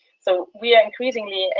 so we are increasingly, and